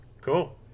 cool